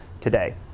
today